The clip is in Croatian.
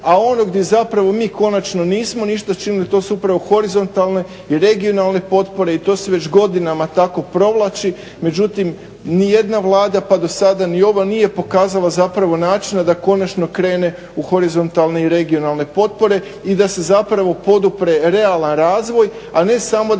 a ono gdje zapravo mi konačno nismo ništa učinili to su upravo horizontalne i regionalne potpore. I to se već godinama tako provlači. Međutim, nijedna Vlada dosada pa ni ova nije pokazala zapravo načina da konačno krene u horizontalno i regionalne potpore i da se podupre realan razvoj, a ne samo da se kroz